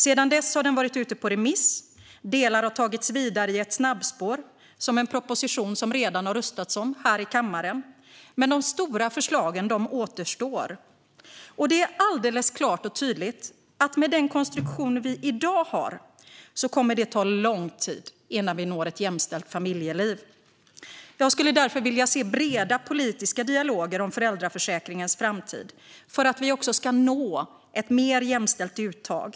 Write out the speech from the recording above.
Sedan dess har det varit ute på remiss, och delar har tagits vidare i ett snabbspår som en proposition som det redan har röstats om här i kammaren. Men de stora förslagen återstår. Det är alldeles klart och tydligt att med den konstruktion vi i dag har kommer det att ta lång tid innan vi når ett jämställt familjeliv. Jag skulle därför vilja se breda politiska dialoger om föräldraförsäkringens framtid för att vi också ska nå ett mer jämställt uttag.